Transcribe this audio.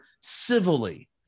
civilly